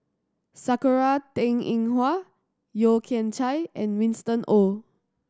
Sakura Teng Ying Hua Yeo Kian Chye and Winston Oh